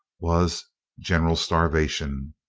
was general starvation.